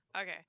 okay